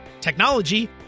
technology